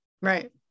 Right